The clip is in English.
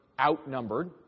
outnumbered